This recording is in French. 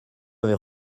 avait